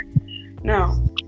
now